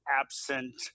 absent